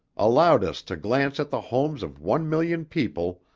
allowed us to glance at the homes of one million people,